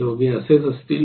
दोघेही असेच असतील